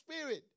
spirit